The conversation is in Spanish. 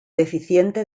deficiente